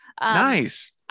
Nice